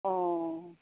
অঁ